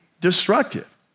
destructive